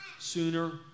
sooner